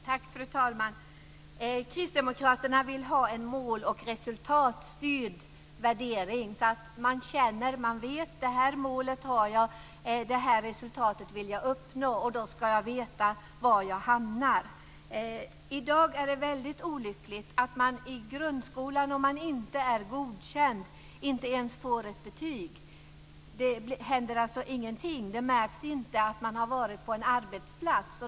Fru talman! Kristdemokraterna vill ha en mål och resultatstyrd värdering så att man känner och vet: Det här målet har jag. Det här resultatet vill jag uppnå. Då ska jag veta var jag hamnar. I dag är det väldigt olyckligt så att om man inte är godkänd i grundskolan får man inte ens ett betyg. Det händer alltså ingenting. Det märks inte att man har varit på en arbetsplats.